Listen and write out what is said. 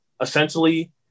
essentially